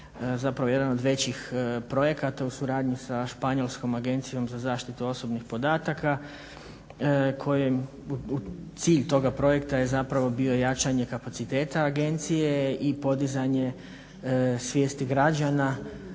zapravo jedan od većih projekata u suradnji sa španjolskom agencijom za zaštitu osobnih podataka. Cilj toga projekta je zapravo bio jačanje kapaciteta agencije i podizanje svijesti građana